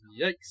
Yikes